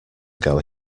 ago